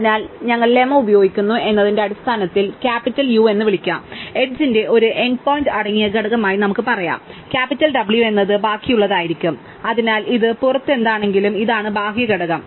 അതിനാൽ ഞങ്ങൾ ലെമ്മ ഉപയോഗിക്കുന്നു എന്നതിന്റെ അടിസ്ഥാനത്തിൽ ക്യാപിറ്റൽ U എന്ന് വിളിക്കാം എഡ്ജ്ന്റെ ഒരു n പോയിന്റ് അടങ്ങിയ ഘടകമായി നമുക്ക് പറയാം ക്യാപിറ്റൽ W എന്നത് ബാക്കിയുള്ളതായിരിക്കും അതിനാൽ ഇത് പുറത്ത് എന്താണെങ്കിലും ഇതാണ് ബാഹ്യഘടകം